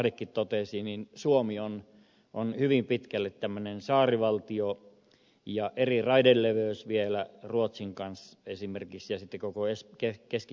ahdekin totesi suomi on hyvin pitkälle tämmöinen saarivaltio ja meillä on eri raideleveys vielä esimerkiksi ruotsin kanssa ja koko keskisen euroopan kanssa